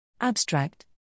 Abstract